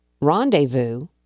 Rendezvous